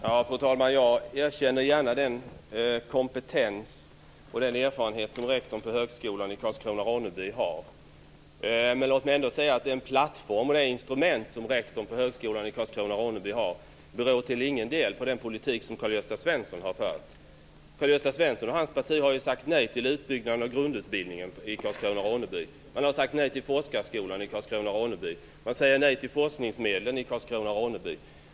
Fru talman! Jag erkänner gärna den kompetens och den erfarenhet som rektorn för högskolan Karlskrona-Ronneby har. Men den plattform och det instrument som rektorn har beror till ingen del på den politik som Karl-Gösta Svenson har fört. Karl-Gösta Svenson och hans parti har ju sagt nej till utbyggnad av grundutbildningen i Karskrona-Ronneby. Han har också sagt nej till forskarskolan och till forskningsmedlen.